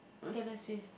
Taylor-Swift